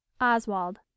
oswald